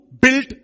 built